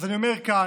אני אומר כאן,